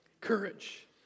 Courage